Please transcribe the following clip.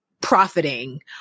profiting